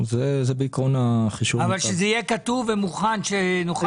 שזה יהיה כתוב ומוכן כדי שנוכל להצביע.